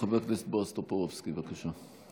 חבר הכנסת בועז טופורובסקי, בבקשה.